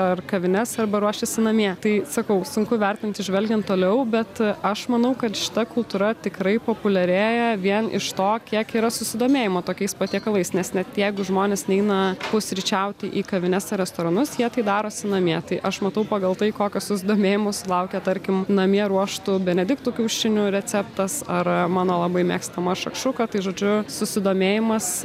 ar kavines arba ruošiasi namie tai sakau sunku vertinti žvelgiant toliau bet aš manau kad šita kultūra tikrai populiarėja vien iš to kiek yra susidomėjimo tokiais patiekalais nes net jeigu žmonės neina pusryčiauti į kavines restoranus jie tai darosi namie tai aš matau pagal tai kokio susidomėjimo sulaukė tarkim namie ruoštų benediktų kiaušinių receptas ar mano labai mėgstama šakšuka tai žodžiu susidomėjimas